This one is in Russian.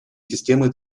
системы